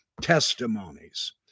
testimonies